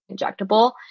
injectable